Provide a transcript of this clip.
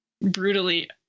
brutally